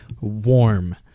Warm